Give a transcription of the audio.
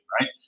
right